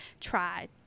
try